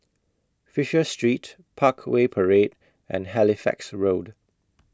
Fisher Street Parkway Parade and Halifax Road